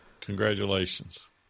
Congratulations